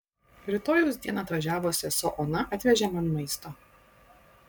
rytojaus dieną atvažiavo sesuo ona atvežė man maisto